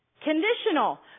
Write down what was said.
conditional